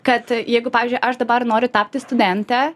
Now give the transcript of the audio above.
kad jeigu pavyzdžiui aš dabar noriu tapti studente